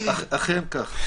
אכן כך.